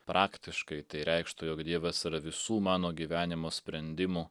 praktiškai tai reikštų jog dievas yra visų mano gyvenimo sprendimų